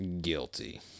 Guilty